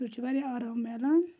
تمہِ سۭتۍ چھِ وارِیاہ آرام میلان